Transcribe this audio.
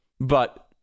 but-